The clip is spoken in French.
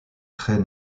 trait